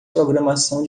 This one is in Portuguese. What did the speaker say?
programação